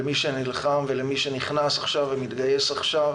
למי שנלחם ולמי שמתגייס עכשיו,